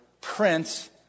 Prince